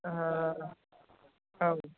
औ